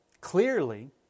clearly